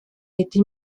été